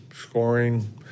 scoring